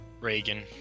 Reagan